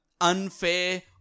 unfair